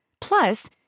Plus